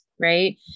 right